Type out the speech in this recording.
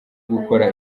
gukora